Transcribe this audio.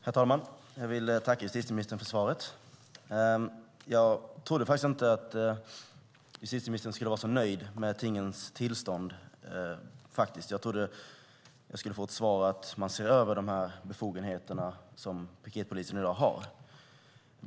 Herr talman! Jag tackar justitieministern för svaret. Men jag trodde inte att hon skulle vara så nöjd med tingens tillstånd. Jag trodde att jag skulle få svaret att man ser över de befogenheter som piketpolisen i dag har.